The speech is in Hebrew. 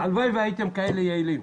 הלוואי והייתם כאלה יעילים.